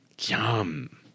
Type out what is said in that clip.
Yum